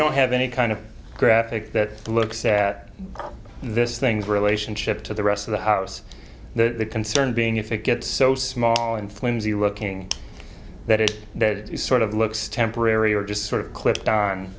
don't have any kind of graphic that looks at this things relationship to the rest of the house the concern being if it gets so small and flimsy looking that it that sort of looks temporary or just sort of clicked on